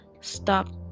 stop